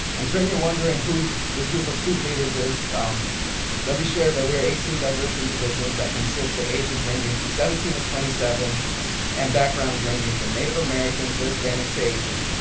i'm certain you're wondering who this group of student leaders is let me share that we are eighteen diverse individuals that consist of ages ranging from seventeen to twenty seven and backgrounds ranging from native american to hispanic to asian.